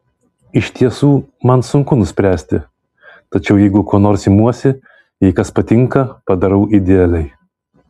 iš tiesų man sunku nuspręsti tačiau jeigu ko nors imuosi jei kas patinka padarau idealiai